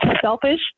selfish